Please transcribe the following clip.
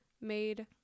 made